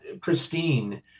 Christine